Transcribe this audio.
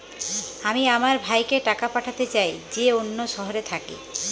আমি আমার ভাইকে টাকা পাঠাতে চাই যে অন্য শহরে থাকে